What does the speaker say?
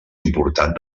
important